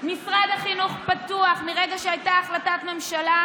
משרד החינוך פתוח, מהרגע שהייתה החלטת ממשלה,